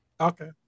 Okay